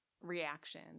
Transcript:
reaction